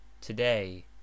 today